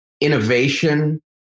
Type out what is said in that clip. innovation